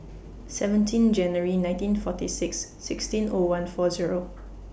seventeen January nineteen forty six sixteen O one four Zero